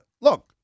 look